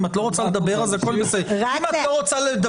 אם את לא רוצה לדבר,